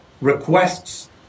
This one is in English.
requests